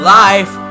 life